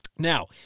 Now